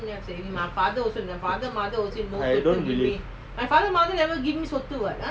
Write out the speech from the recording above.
I don't believe